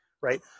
right